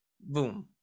Boom